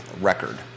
record